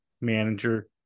manager